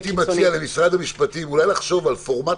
הייתי מציע למשרד המשפטים אולי לחשוב על פורמט